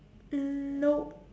mm nope